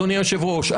אדוני היושב-ראש,